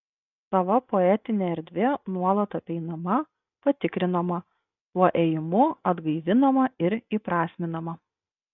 sava poetinė erdvė nuolat apeinama patikrinama tuo ėjimu atgaivinama ir įprasminama